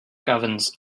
governs